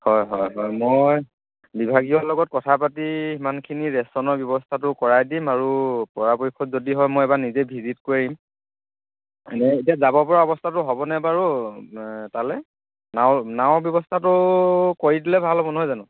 হয় হয় হয় মই বিভাগীয়ৰ লগত কথা পাতি সিমানখিনি ৰেচনৰ ব্যৱস্থাটো কৰাই দিম আৰু পৰাপক্ষত যদি হয় মই এবাৰ নিজে ভিজিট কৰিম এনেই এতিয়া যাবপৰা অৱস্থাটো হ'বনে বাৰু তালৈ নাৱৰ নাৱৰ ব্যৱস্থাটো কৰি দিলে ভাল হ'ব নহয় জানো